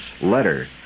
letter